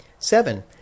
Seven